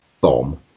bomb